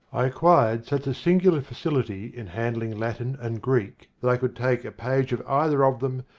i acquired such a singular facility in handling latin and greek that i could take a page of either of them,